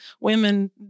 women